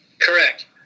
Correct